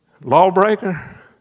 lawbreaker